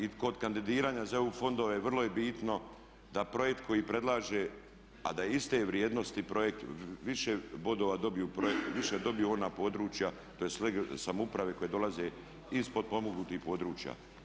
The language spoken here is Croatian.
I kod kandidiranja za EU fondove vrlo je bitno da projekt koji predlaže a da je iste vrijednosti projekt, više bodova dobiju projekti, više dobiju ona područja regionalne samouprave koje dolaze iz potpomognutih područja.